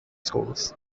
schools